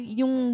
yung